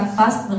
fast